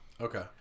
Okay